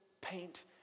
paint